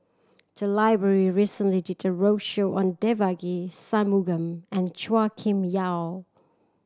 the library recently did a roadshow on Devagi Sanmugam and Chua Kim Yeow